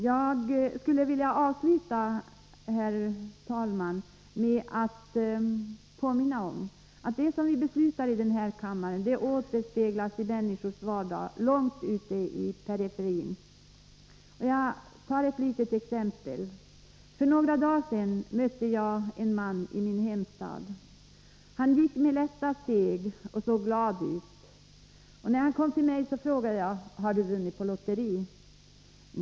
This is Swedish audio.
Jag skulle vilja avsluta, herr talman, med att påminna om att det som vi beslutar i denna kammare återspeglas i människors vardag långt ut i periferin. Jag tar ett litet exempel. För några dagar sedan mötte jag en man i min hemstad. Han gick med lätta steg och såg glad ut. Jag frågade om han vunnit på lotteri.